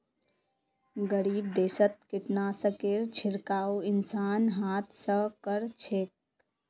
गरीब देशत कीटनाशकेर छिड़काव इंसान हाथ स कर छेक